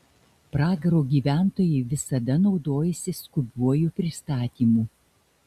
pragaro gyventojai visada naudojasi skubiuoju pristatymu